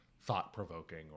thought-provoking